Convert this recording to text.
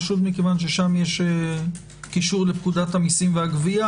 פשוט משום ששם יש קישור לפקודת המיסים והגבייה.